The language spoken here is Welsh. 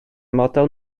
model